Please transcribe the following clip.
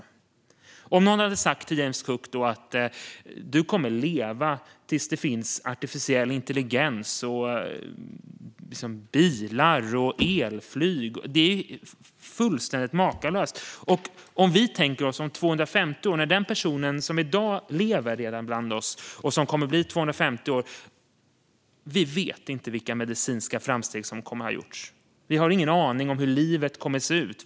Tänk om någon hade sagt till James Cook: Du kommer att leva tills det finns artificiell intelligens, bilar och elflyg. Det är fullständigt makalöst. Vi kan också tänka på hur det är om 250 år och på den person som redan i dag lever bland oss och som kommer att bli 250 år. Vi vet inte vilka medicinska framsteg som kommer att ha gjorts. Vi har ingen aning om hur livet kommer att se ut.